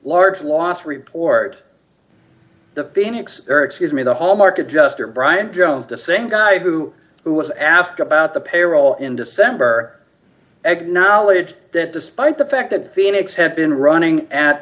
large last report the phoenix or excuse me the hallmark adjuster brian jones the same guy who was asked about the payroll in december acknowledged that despite the fact that phoenix had been running at